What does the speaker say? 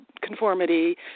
conformity